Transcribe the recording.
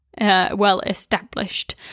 well-established